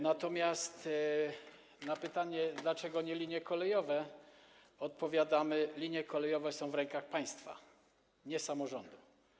Natomiast na pytanie, dlaczego nie linie kolejowe, odpowiadamy: linie kolejowe są w rękach państwa, nie samorządu.